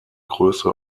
größe